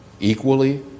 Equally